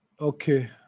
Okay